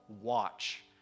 watch